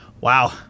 Wow